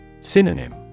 Synonym